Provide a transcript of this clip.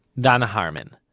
danna harman.